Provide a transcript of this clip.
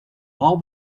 all